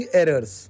errors